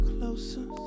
Closer